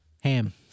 Ham